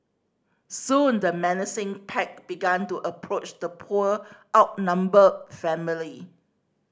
soon the menacing pack began to approach the poor outnumbered family